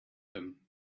them